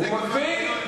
זה גם הוויכוח שלי אתו.